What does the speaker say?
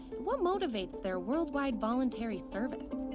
what motivates their worldwide voluntary service?